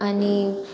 आनी